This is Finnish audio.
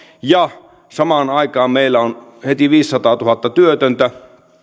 ja samaan aikaan meillä on heti viisisataatuhatta työtöntä